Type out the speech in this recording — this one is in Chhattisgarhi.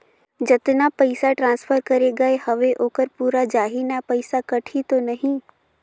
जतना पइसा ट्रांसफर करे गये हवे ओकर पूरा जाही न पइसा कटही तो नहीं?